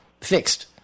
fixed